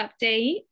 update